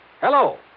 Hello